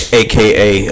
aka